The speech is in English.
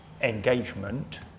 engagement